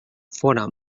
fóra